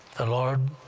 the lord